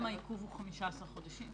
העיכוב הוא 15 חודשים?